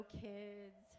kids